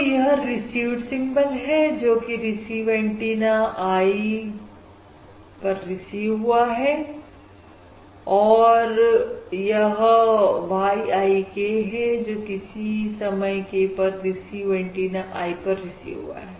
तो यह received symbol है जोकि रिसीव एंटीना i वाइपर रिसीव हुआ है और यह y i k है जो किसी समय k पर रिसीव एंटीना i पर रिसीव हुआ है